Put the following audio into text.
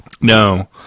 No